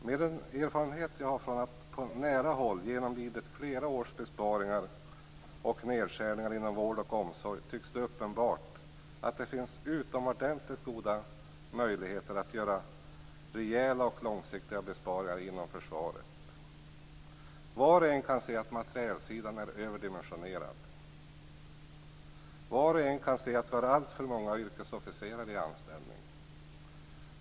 Med den erfarenhet jag har efter att på nära håll ha genomlidit flera års besparingar och nedskärningar inom vård och omsorg tycks det mig uppenbart att det finns utomordentligt goda möjligheter att göra rejäla och långsiktiga besparingar inom försvaret. Var och en kan se att materielsidan är överdimensionerad. Var och en kan se att vi har alltför många yrkesofficerare i anställning.